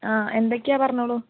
ആ എന്തൊക്കെയാണ് പറഞ്ഞോളൂ